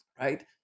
right